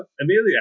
Amelia